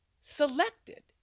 selected